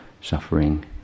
suffering